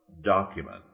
document